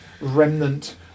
remnant